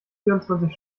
vierundzwanzig